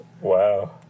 Wow